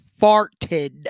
farted